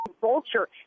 vulture